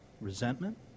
resentment